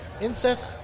Incest